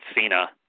Cena